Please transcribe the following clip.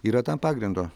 yra tam pagrindo